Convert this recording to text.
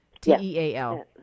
T-E-A-L